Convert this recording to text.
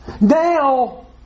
Now